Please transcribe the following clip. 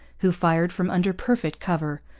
who fired from under perfect cover,